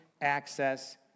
access